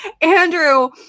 Andrew